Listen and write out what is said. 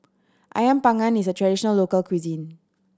Ayam Panggang is a traditional local cuisine